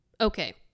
Okay